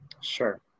Sure